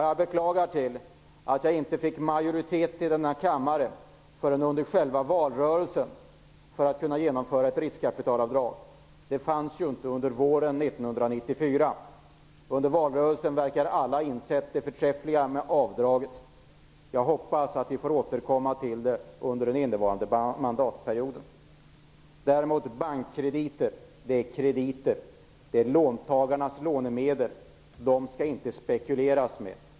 Jag beklagar att jag inte fick majoritet i denna kammare förrän under valrörelsen för att kunna införa ett riskkapitalavdrag. Det fanns ju inte under våren 1994. Under valrörelsen verkade alla ha insett det förträffliga med avdraget. Jag hoppas att vi får återkomma till det under den kommande mandatperioden. Bankkrediter däremot är krediter. Det är låntagarnas lånemedel. Dem skall det inte spekuleras med.